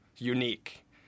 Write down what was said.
unique